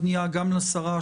בבקשה.